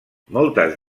moltes